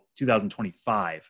2025